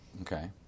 Okay